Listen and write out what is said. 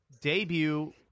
debut